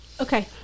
Okay